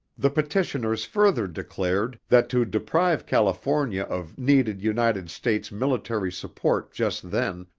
the petitioners further declared that to deprive california of needed united states military support just then,